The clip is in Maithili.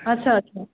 हँ सर